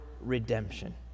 redemption